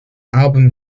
album